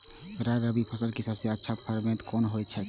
राय रबि फसल के सबसे अच्छा परभेद कोन होयत अछि?